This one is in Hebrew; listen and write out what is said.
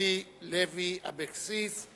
אורלי לוי אבקסיס,